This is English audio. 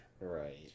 Right